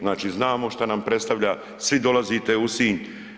Znači, znamo šta nam predstavlja, svi dolazite u Sinj.